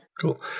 Cool